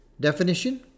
Definition